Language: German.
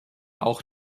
auch